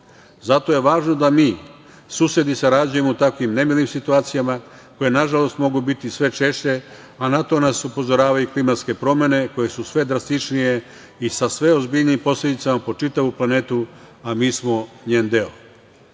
Zato je važno da mi susedi sarađujemo u takvim nemilim situacijama koje, nažalost, mogu biti sve češće, a na to nas upozoravaju i klimatske promene koje su sve drastičnije i sa sve ozbiljnijim posledicama po čitavu planetu, a mi smo njen